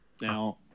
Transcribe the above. Now